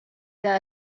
que